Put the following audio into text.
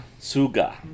suga